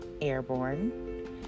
airborne